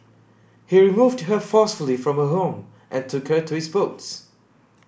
he removed her forcefully from her home and took her to his boats